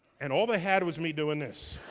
and all they had was me doing this.